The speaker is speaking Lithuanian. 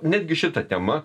netgi šita tema